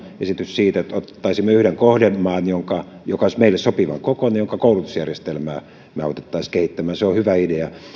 esitys siitä että ottaisimme yhden kohdemaan joka olisi meille sopivankokoinen jonka koulutusjärjestelmää me auttaisimme kehittämään on hyvä idea